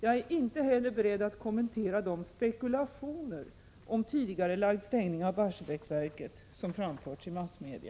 Jag är inte heller beredd att kommentera de spekulationer om tidigarelagd stängning av Barsebäcksverket som framförts i massmedia.